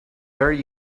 very